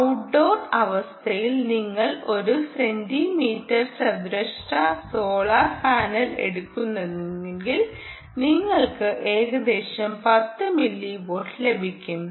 outdoor അവസ്ഥയിൽ നിങ്ങൾ ഒരു സെന്റിമീറ്റർ ചതുരശ്ര സോളാർ പാനൽ എടുക്കുകയാണെങ്കിൽ നിങ്ങൾക്ക് ഏകദേശം 10 മില്ലി വാട്ട് ലഭിക്കും